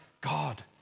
God